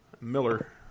miller